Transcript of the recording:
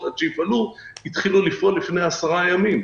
עד שיפעלו התחילו לפעול רק לפני עשרה ימים.